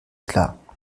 klar